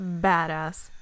badass